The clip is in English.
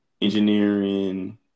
engineering